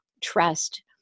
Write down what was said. trust